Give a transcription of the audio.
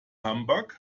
humbug